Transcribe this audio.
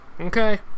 okay